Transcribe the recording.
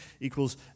equals